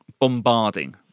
Bombarding